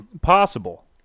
possible